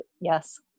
yes